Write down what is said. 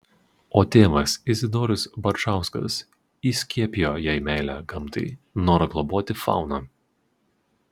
o tėvas izidorius barčauskas įskiepijo jai meilę gamtai norą globoti fauną